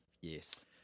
yes